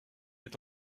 est